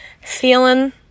feeling